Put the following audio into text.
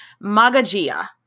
Magagia